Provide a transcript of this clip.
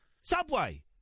subway